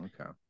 okay